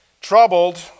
troubled